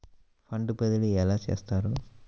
Fund బదిలీ ఎలా చేస్తారు?